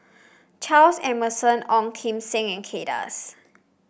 Charles Emmerson Ong Kim Seng and Kay Das